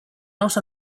not